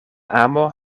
amo